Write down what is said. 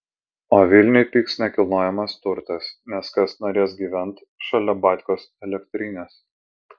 o vilniuj pigs nekilnojamas turtas nes kas norės gyvent šalia batkos elektrinės